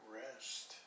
rest